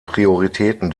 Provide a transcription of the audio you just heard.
prioritäten